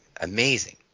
amazing